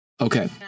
Okay